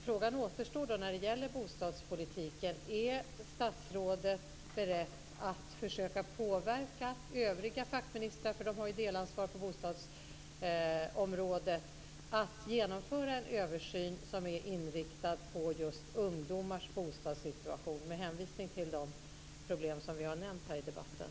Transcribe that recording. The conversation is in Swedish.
Frågan återstår när det gäller bostadspolitiken: Är statsrådet beredd att försöka påverka övriga fackministrar - de har ju delansvar på bostadsområdet - att genomföra en översyn som är inriktad på just ungdomars bostadssituation med hänvisning till de problem som vi nämnt i debatten?